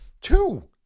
Two